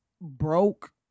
broke